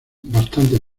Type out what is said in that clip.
bastante